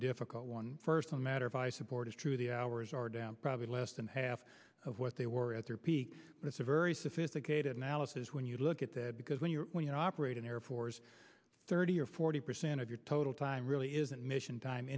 difficult one first a matter of board is true the hours are down probably less than half of what they were at their peak but it's a very sophisticated analysis when you look at that because when you're you know operating air force thirty or forty percent of your total time really isn't mission time